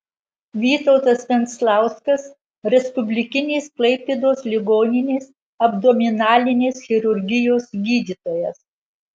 vytautas venclauskas respublikinės klaipėdos ligoninės abdominalinės chirurgijos gydytojas